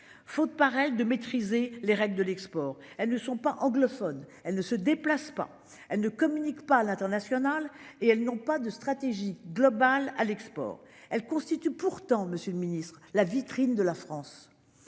Faute paraît de maîtriser les règles de l'export, elles ne sont pas anglophone, elle ne se déplace pas, elle ne communique pas l'international et elles n'ont pas de stratégie globale à l'export. Elle constitue pourtant Monsieur le Ministre, la vitrine de la France.